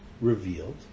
revealed